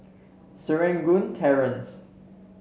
Serangoon Terrace